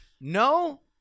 No